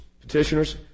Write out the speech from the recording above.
Petitioners